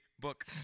Book